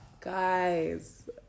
Guys